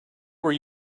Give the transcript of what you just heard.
where